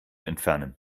entfernen